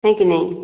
ହଁ କି ନାହିଁ